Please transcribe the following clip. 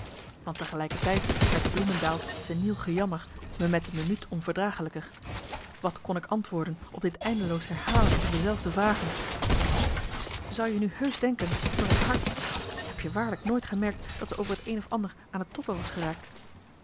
want tegelijkertijd werd bloemendaels seniel gejammer me met de minuut onverdragelijker wat kon ik antwoorden op dit eindeloos herhalen van dezelfde vragen zou je nu heusch denken dat d'r hart heb je waarlijk nooit gemerkt dat ze over t een of ander aan het tobben was geraakt